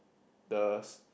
the s~